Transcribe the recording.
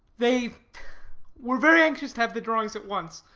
they were very anxious to have the drawings at once.